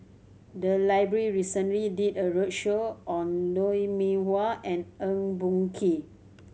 the library recently did a roadshow on Lou Mee Wah and Eng Boh Kee